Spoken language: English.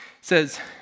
says